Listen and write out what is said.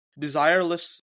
desireless